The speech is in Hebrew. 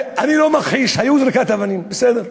אני לא מכחיש, היו זריקות אבנים, בסדר,